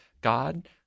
god